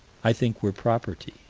i think we're property.